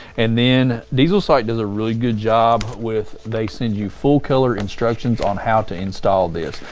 and then diesel site does a really good job with they send you full color instructions on how to install this.